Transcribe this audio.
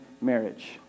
marriage